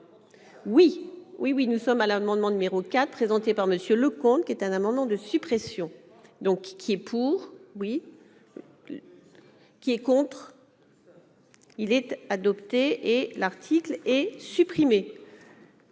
oui, nous sommes à l'amendement numéro 4 présenté par Monsieur le comte, qui est un amendement de suppression, donc qui est pour oui qui est contre, il était adopté, et l'article est supprimé.